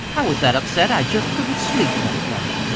i was that upset i jest couldn't sleep that night,